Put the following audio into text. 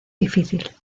difícil